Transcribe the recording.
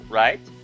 right